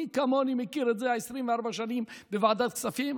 מי כמוני מכיר את זה 24 שנים בוועדת כספים.